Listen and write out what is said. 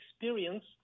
experience